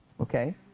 Okay